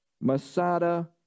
Masada